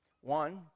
one